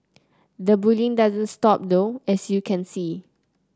the bullying doesn't stop though as you can see